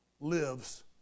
lives